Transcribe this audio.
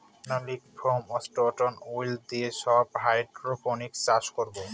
phenolic foam, stone wool দিয়ে সব hydroponics চাষ করাবো